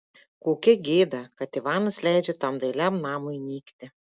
kokia gėda kad ivanas leidžia tam dailiam namui nykti